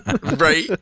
right